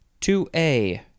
2A